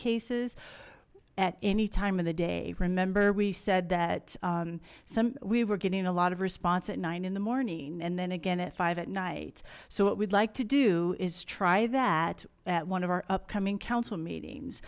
cases at any time of the day remember we said that some we were getting a lot of response at in the morning and then again at five zero at night so what we'd like to do is try that at one of our upcoming council meetings